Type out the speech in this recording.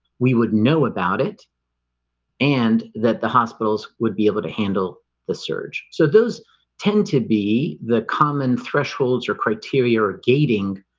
we would know about it and that the hospitals would be able to handle the surge so those tend to be the common thresholds or criteria or gaiting?